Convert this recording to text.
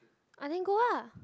I think go ah